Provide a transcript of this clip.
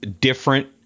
different